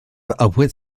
awydd